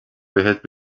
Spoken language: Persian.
بهت